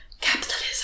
Capitalism